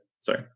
sorry